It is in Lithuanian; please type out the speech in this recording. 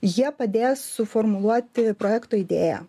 jie padės suformuluoti projekto idėją